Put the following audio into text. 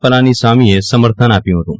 પલાની સામીએ સમર્થન આપ્યું હતું